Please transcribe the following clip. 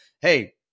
hey